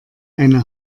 eine